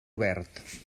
obert